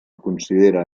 considera